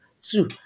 Two